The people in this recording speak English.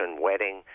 wedding